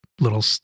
little